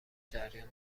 جریان